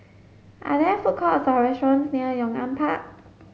are there food courts or restaurants near Yong An Park